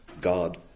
God